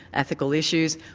ethical issues,